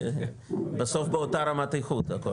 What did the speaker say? זה בסוף באותה רמת איכות הכול.